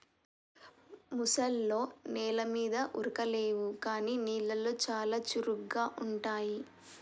ముసల్లో నెల మీద ఉరకలేవు కానీ నీళ్లలో చాలా చురుగ్గా ఉంటాయి